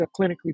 clinically